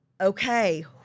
Okay